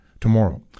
tomorrow